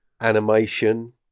animation